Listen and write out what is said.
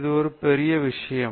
இது ஒரு பெரிய விஷயம்